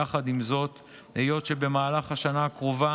יחד עם זאת, היות שבמהלך השנה הקרובה